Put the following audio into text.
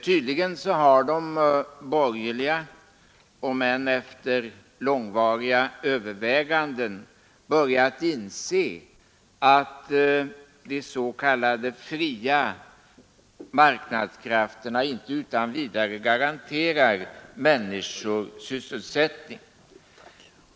Tydligen har de borgerliga, om än efter långvariga överväganden, börjat inse att de s.k. fria marknadskrafterna inte utan vidare garanterar människors sysselsättning.